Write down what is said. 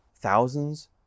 thousands